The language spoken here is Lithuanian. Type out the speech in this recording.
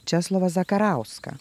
česlovą zakarauską